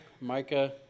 Micah